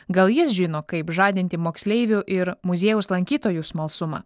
gal jis žino kaip žadinti moksleivių ir muziejaus lankytojų smalsumą